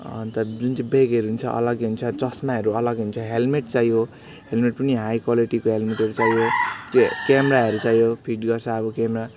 अन्त जुन चाहिँ ब्यागहरू हुन्छ अलगै हुन्छ चस्माहरू अलग हुन्छ हेल्मेट चाहियो हेल्मेट पनि हाई क्वालिटीको हेल्मेटहरू चाहियो के क्यामेराहरू चाहियो फिट गर्छ अब क्यामेरा